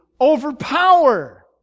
overpower